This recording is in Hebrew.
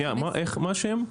שנייה, איך, מה השם?